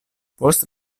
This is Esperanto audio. post